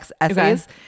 Essays